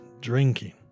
drinking